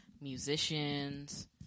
musicians